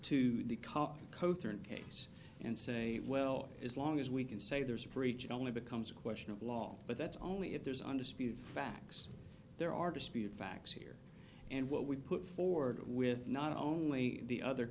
the case and say well as long as we can say there's a breach it only becomes a question of law but that's only if there's undisputed facts there are dispute facts here and what we put forward with not only the other